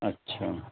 اچھا